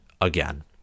again